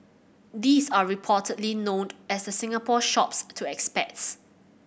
these are reportedly known as the Singapore Shops to expats